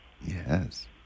Yes